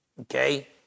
okay